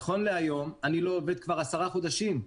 נכון להיום אני לא עובד כבר עשרה חודשים.